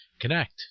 Connect